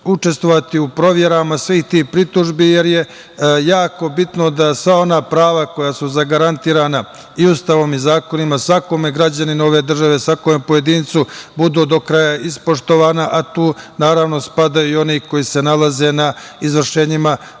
učestvovati u proverama svih tih pritužbi jer je jako bitno da sva ona prava koja su zagarantovana i Ustavom i zakonima svakom građaninu ove države, svakom pojedincu budu do kraja ispoštovana, a tu naravno spadaju i oni koji se nalaze na izvršenjima